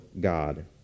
God